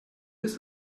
ist